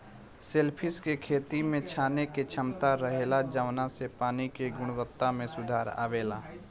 shellfish के खेती में छाने के क्षमता रहेला जवना से पानी के गुणवक्ता में सुधार अवेला